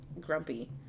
grumpy